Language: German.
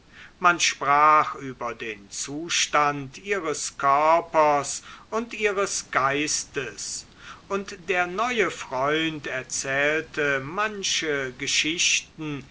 man sprach über den zustand ihres körpers und geistes und der neue freund erzählte manche geschichten